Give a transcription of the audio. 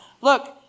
look